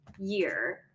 year